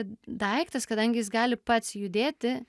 daiktas kadangi jis gali pats judėti